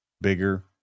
bigger